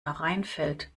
hereinfällt